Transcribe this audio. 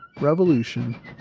Revolution